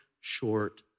short